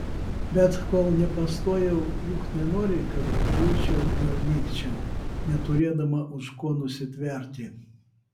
bet kol nepastojau juk nenori kad džiūčiau ir nykčiau neturėdama už ko nusitverti